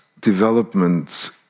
developments